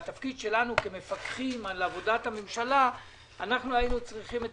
בתפקיד שלנו כמפקחים על עבודת הממשלה היינו צריכים את